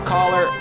Caller